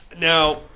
Now